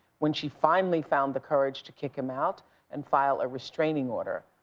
when she finally found the courage to kick him out and file a restraining order,